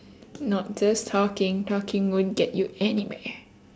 not just talking talking won't get you anywhere